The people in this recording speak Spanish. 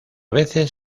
veces